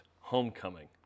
homecoming